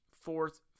fourth